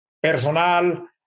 personal